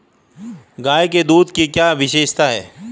गाय के दूध की क्या विशेषता है?